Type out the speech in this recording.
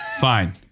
Fine